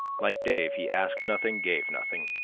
like dave, he asked nothing, gave nothing,